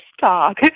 talk